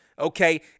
Okay